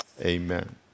amen